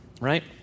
right